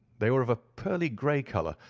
they were of a pearly grey colour,